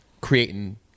creating